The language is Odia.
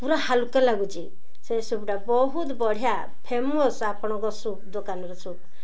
ପୁରା ହାଲ୍କା ଲାଗୁଛି ସେ ସୁପ୍ଟା ବହୁତ ବଢ଼ିଆ ଫେମସ୍ ଆପଣଙ୍କ ସୁପ୍ ଦୋକାନର ସୁପ୍